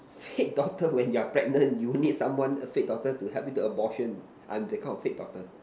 fate doctor when you're pregnant you need someone a fate doctor to help you to abortion I'm that kind of fate doctor